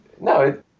No